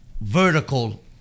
vertical